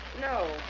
No